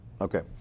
Okay